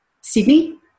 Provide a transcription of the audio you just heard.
Sydney